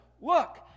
Look